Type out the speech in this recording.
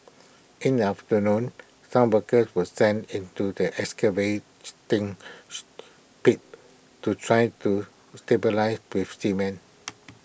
in the afternoon some workers were sent into the excavation pit to try to stabilise with cement